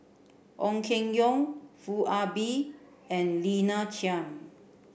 Ong Keng Yong Foo Ah Bee and Lina Chiam